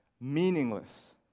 Meaningless